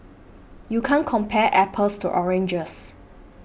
you can't compare apples to oranges